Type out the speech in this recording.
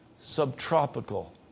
subtropical